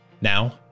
Now